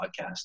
podcast